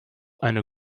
eine